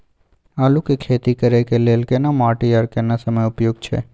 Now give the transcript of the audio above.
आलू के खेती करय के लेल केना माटी आर केना समय उपयुक्त छैय?